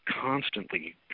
constantly